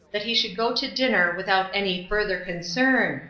that he should go to dinner without any further concern,